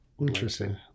interesting